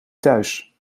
thuis